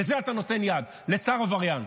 לזה אתה נותן יד, לשר עבריין.